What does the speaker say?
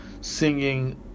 singing